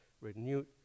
renewed